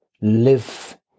live